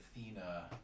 Athena